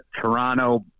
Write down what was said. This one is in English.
Toronto